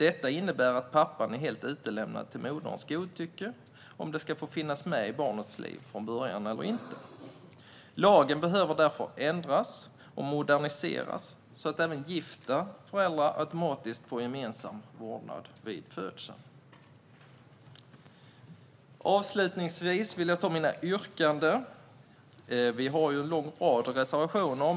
Detta innebär att pappan är helt utlämnad till mammans godtycke om han ska få finnas med i barnets liv från början eller inte. Lagen behöver därför ändras och moderniseras så att även ogifta föräldrar automatiskt får gemensam vårdnad vid födseln. Jag avslutar med mina yrkanden. Sverigedemokraterna har en lång rad av reservationer.